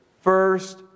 First